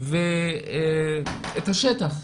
ואת השטח,